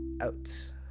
out